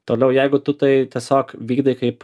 toliau jeigu tu tai tiesiog vykdai kaip